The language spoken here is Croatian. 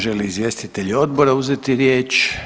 Žele li izvjestitelji odbora uzeti riječ?